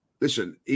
listen